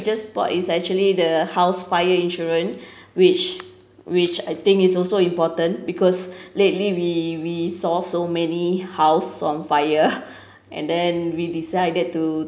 just bought is actually the house fire insurance which which I think is also important because lately we we saw so many house on fire and then we decided to